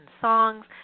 songs